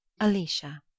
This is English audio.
Alicia